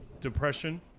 depression